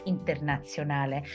Internazionale